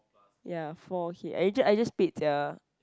ya four he age ages paid ya